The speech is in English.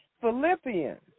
Philippians